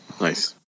Nice